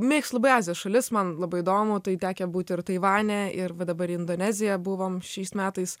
mėgstu labai azijos šalis man labai įdomu tai tekę būt ir taivane ir va dabar į indoneziją buvom šiais metais